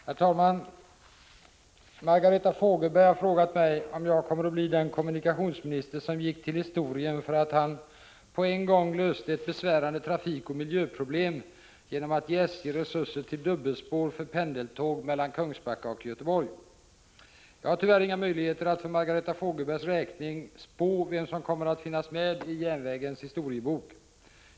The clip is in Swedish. Herr talman! Margareta Fogelberg har frågat mig om jag kommer att bli den kommunikationsminister som gick till historien för att han på en gång löste ett besvärande trafikoch miljöproblem genom att ge SJ resurser till dubbelspår för pendeltåg mellan Kungsbacka och Göteborg. Jag har tyvärr inga möjligheter att för Margereta Fogelbergs räkning spå vem som kommer att finnas med i järnvägens historiebok.